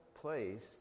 place